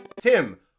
Tim